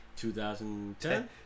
2010